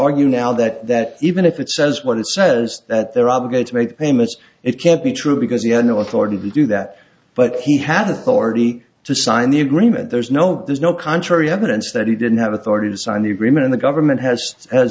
argue now that that even if it says what it says that they're obligated to make payments it can't be true because you had no authority to do that but he has authority to sign the agreement there's no there's no contrary evidence that he didn't have authority to sign the agreement in the government has